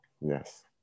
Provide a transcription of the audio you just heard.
Yes